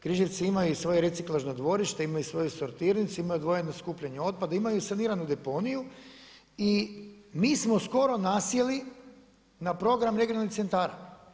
Križevci imaju i svoje reciklažno dvorište, imaju svoju sortirnicu, imaju odvojeno skupljanje otpada, imaju saniranu deponiju i mi smo skoro nasjeli na program regionalnih centara.